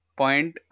point